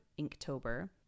Inktober